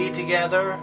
together